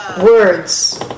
Words